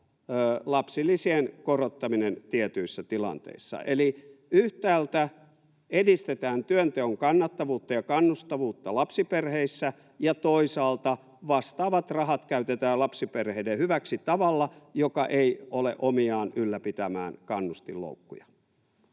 lapsilisien korottaminen tietyissä tilanteissa. Eli yhtäältä edistetään työnteon kannattavuutta ja kannustavuutta lapsiperheissä ja toisaalta vastaavat rahat käytetään lapsiperheiden hyväksi tavalla, joka ei ole omiaan ylläpitämään kannustinloukkuja.